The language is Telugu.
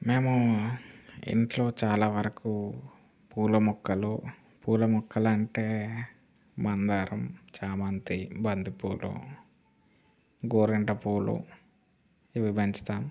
మేము ఇంట్లో చాలావరకు పూలమొక్కలు పూలమొక్కలంటే మందారం చామంతి బంతిపూలు గోరింటపూలు ఇవి పెంచుతాను